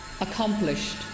Accomplished